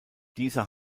dieser